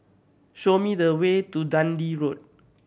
show me the way to Dundee Road